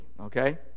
okay